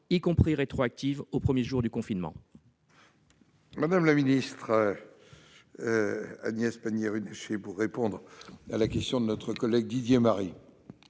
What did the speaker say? loi rétroactive au premier jour du confinement